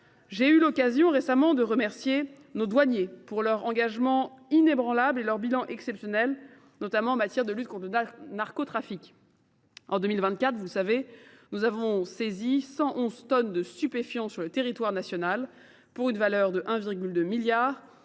J’ai eu l’occasion récemment de remercier nos douaniers pour leur engagement inébranlable et leur bilan exceptionnel, notamment en matière de lutte contre le narcotrafic. En 2024, nous avons saisi 111 tonnes de stupéfiants sur le territoire national pour une valeur de 1,2 milliard